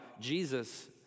Jesus